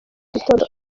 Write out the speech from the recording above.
gitondo